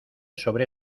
sobre